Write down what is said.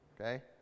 okay